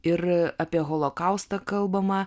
ir apie holokaustą kalbama